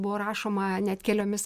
buvo rašoma net keliomis